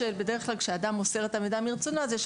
בדרך כלל כשאדם מוסר את המידע מרצונו אז יש